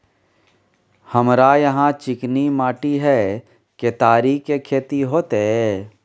हमरा यहाँ चिकनी माटी हय केतारी के खेती होते?